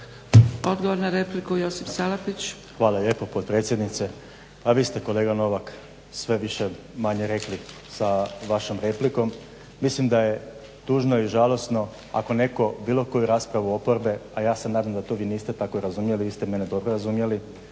**Salapić, Josip (HDSSB)** Hvala lijepo potpredsjednice. A vi ste kolega Novak sve više-manje rekli sa vašom replikom. Mislim da je tužno i žalosno ako netko bilo koju raspravu oporbe a ja se nadam da vi to niste tako razumjeli, vi ste mene dobro razumjeli